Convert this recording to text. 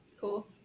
Cool